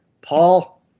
Paul